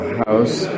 house